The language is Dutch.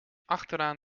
achteraan